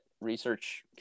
research